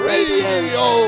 Radio